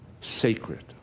sacred